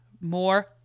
more